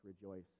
rejoice